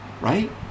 right